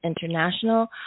International